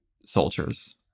soldiers